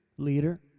leader